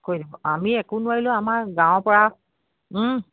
আমি একো নোৱাৰিলেও আমাৰ গাঁৱৰ পৰা